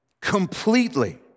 Completely